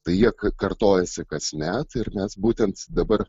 tai jie kartojasi kasmet ir mes būtent dabar